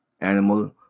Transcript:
animal